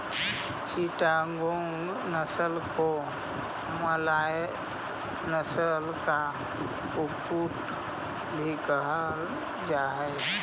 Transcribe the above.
चिटागोंग नस्ल को मलय नस्ल का कुक्कुट भी कहल जा हाई